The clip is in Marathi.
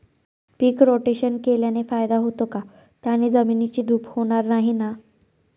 पीक रोटेशन केल्याने फायदा होतो का? त्याने जमिनीची धूप होणार नाही ना?